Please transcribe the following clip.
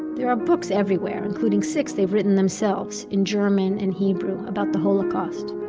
there are books everywhere, including six they have written themselves, in german and hebrew, about the holocaust.